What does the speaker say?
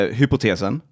hypotesen